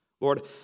Lord